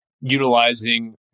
utilizing